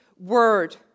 word